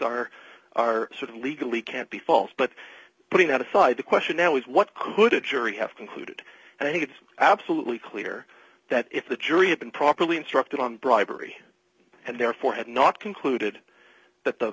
are are sort of legally can't be false but putting that aside the question now is what would a jury have concluded and i think it's absolutely clear that if the jury had been properly instructed on bribery and therefore have not concluded that the